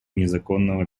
незаконного